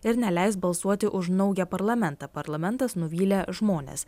ir neleis balsuoti už naują parlamentą parlamentas nuvylė žmones